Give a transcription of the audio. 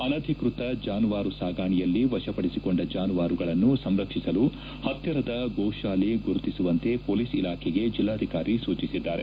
ಅನಧಿಕೃತ ಜಾನುವಾರು ಸಾಗಾಣಿಕೆಯಲ್ಲಿ ವಶಪಡಿಸಿಕೊಂಡ ಜಾನುವಾರುಗಳನ್ನು ಸಂರಕ್ಷಿಸಲು ಪತ್ತಿರದ ಗೋಶಾಲೆ ಗುರುತಿಸುವಂತೆ ಪೊಲೀಸ್ ಇಲಾಖೆಗೆ ಜಿಲ್ಲಾಧಿಕಾರಿ ಸೂಚಿಸಿದ್ದಾರೆ